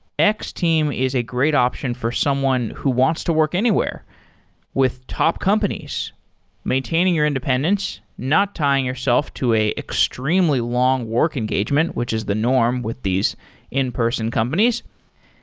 x-team is a great option for someone who wants to work anywhere with top companies maintaining your independence, not tying yourself to an extremely long work engagement, which is the norm with these in-person companies,